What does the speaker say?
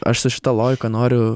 aš su šita logika noriu